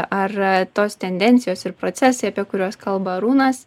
ar tos tendencijos ir procesai apie kuriuos kalba arūnas